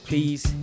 Please